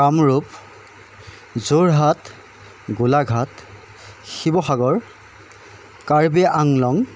Kamrup Jorhat Golaghat Sivasagar Karbi Anglong